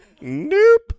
Nope